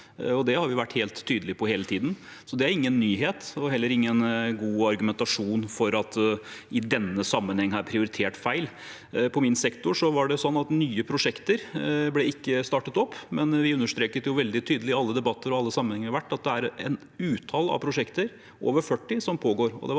Det har vi vært helt tydelige på hele tiden, så det er ingen nyhet, og det er heller ingen god argumentasjon for at det i denne sammenhengen er prioritert feil. I min sektor ble ikke nye prosjekter startet opp, men vi understreket veldig tydelig i alle debatter og alle sammenhenger at det er et utall av prosjekter – over 40 – som pågår,